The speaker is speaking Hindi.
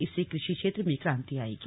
इससे कृषि क्षेत्र में क्रांति आएगी